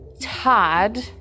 Todd